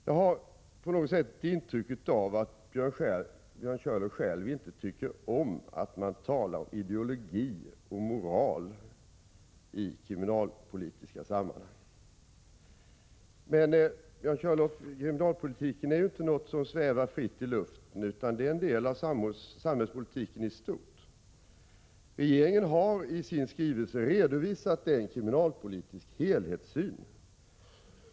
Jag har på något sätt intryck av att Björn Körlof själv inte tycker om att man talar om ideologi och moral i kriminalpolitiska sammanhang. Men, Björn Körlof, kriminalpolitiken är ju inte någonting som svävar fritt i luften, utan den är en del av samhällspolitiken i stort. Regeringen har i sin skrivelse redovisat en kriminalpolitisk helhetssyn.